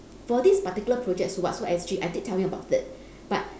for this particular project sulwhasoo S_G I did tell him about it but